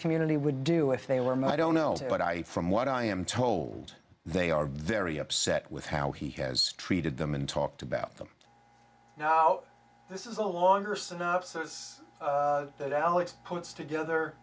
community would do if they were him i don't know but i from what i am told they are very upset with how he has treated them and talked about them now this is a longer synopsis that all it puts together